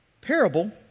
Parable